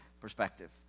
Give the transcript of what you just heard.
perspective